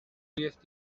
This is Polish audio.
jest